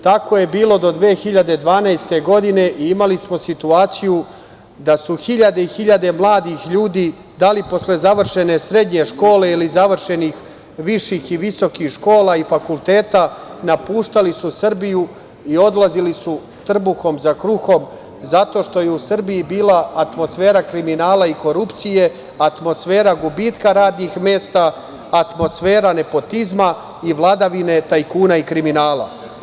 Tako je bilo do 2012. godine i imali smo situaciju da su hiljade i hiljade mladih ljudi, da li posle završene srednje škole ili završenih viših i visokih škola i fakulteta, napuštali Srbiju i odlazili trbuhom za kruhom, jer je u Srbiji bila atmosfera kriminala i korupcije, atmosfera gubitka radnih mesta, atmosfera nepotizma i vladavine tajkuna i kriminala.